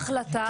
קיבלו החלטה.